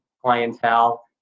clientele